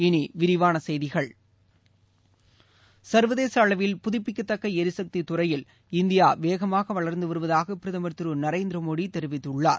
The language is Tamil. இனி விரிவான செய்திகள் சர்வதேச அளவில் புதுப்பிக்கத்தக்க எரிசக்தித் துறையில் இந்தியா வேகமாக வளர்ந்து வருவதாக பிரதமர் திரு நரேந்திர மோடி தெரிவித்துள்ளார்